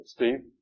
Steve